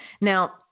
Now